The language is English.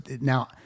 Now